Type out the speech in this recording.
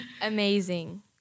amazing